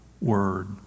word